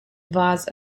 vase